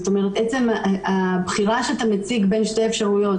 עצם הבחירה שאתה מציג בין שתי אפשרויות